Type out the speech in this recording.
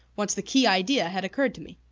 once the key-idea had occurred to me.